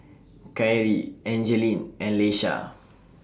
Kyrie Angeline and Leisha